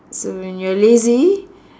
so when you are lazy